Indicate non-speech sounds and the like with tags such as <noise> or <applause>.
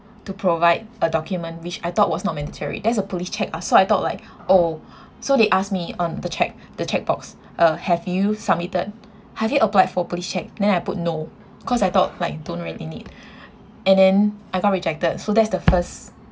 to provide a document which I thought was not mandatory there's a police check ah so I thought like oh so they ask me on the check the checkbox uh have you submitted have you applied for police check then I put no 'cause I thought like don't really need <breath> and then I got rejected so that's the first